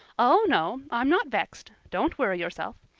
oh, no, i'm not vexed don't worry yourself.